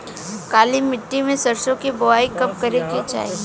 काली मिट्टी में सरसों के बुआई कब करे के चाही?